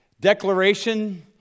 declaration